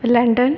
London